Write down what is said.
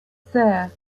there